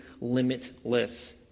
limitless